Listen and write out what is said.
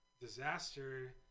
Disaster